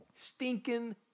stinking